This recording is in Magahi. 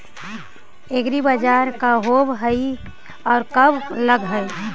एग्रीबाजार का होब हइ और कब लग है?